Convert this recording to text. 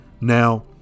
Now